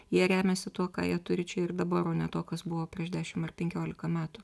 jie remiasi tuo ką jie turi čia ir dabar o ne tuo kas buvo prieš dešimt ar penkiolika metų